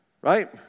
Right